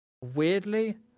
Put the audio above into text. weirdly